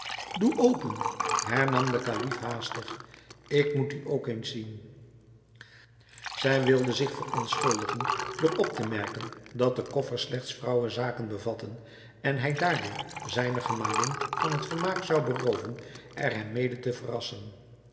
doe open hernam de kalif haastig ik moet die ook eens zien zij wilde zich verontschuldigen door op te merken dat de koffers slechts vrouwenzaken bevatten en hij daardoor zijne gemalin van het vermaak zou berooven er hem mede te verrassen